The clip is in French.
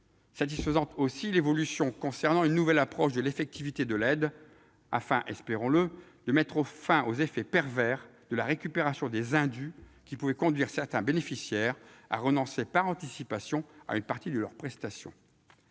Satisfaisante, aussi, est l'évolution concernant une nouvelle approche de l'effectivité de l'aide, afin, espérons-le, de mettre fin aux effets pervers de la récupération des indus, qui pouvait conduire certains bénéficiaires à renoncer par anticipation à une partie de leurs prestations.